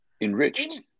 enriched